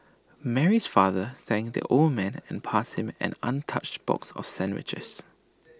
Mary's father thanked the old man and passed him an untouched box of sandwiches